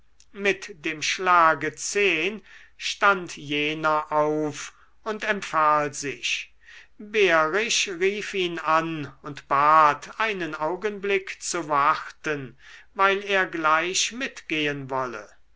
mit dem schlage zehn stand jener auf und empfahl sich behrisch rief ihn an und bat einen augenblick zu warten weil er gleich mitgehen wolle